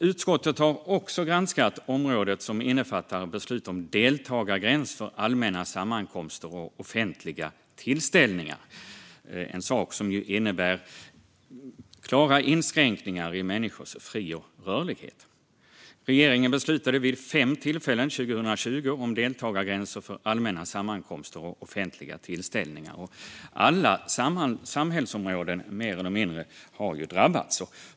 Utskottet har också granskat området som innefattar beslut om deltagargräns för allmänna sammankomster och offentliga tillställningar, en sak som ju innebär klara inskränkningar i människors fri och rörlighet. Regeringen beslutade vid fem tillfällen 2020 om deltagargränser för allmänna sammankomster och offentliga tillställningar. Alla samhällsområden, mer eller mindre, har drabbats.